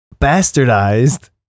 bastardized